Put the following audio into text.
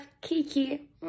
Kiki